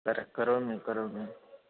करोमि करोमि करोमि